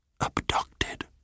abducted